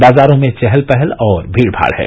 बाजारों में चहल पहल और भीड़ भाड़ है